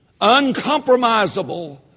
uncompromisable